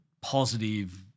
positive